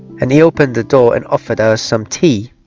and he opened the door and offered us some tea